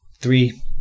three